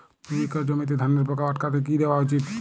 দুই একর জমিতে ধানের পোকা আটকাতে কি দেওয়া উচিৎ?